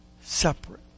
Separate